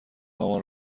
هامان